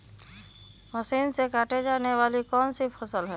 Machine से काटे जाने वाली कौन सी फसल है?